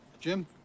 Jim